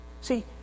See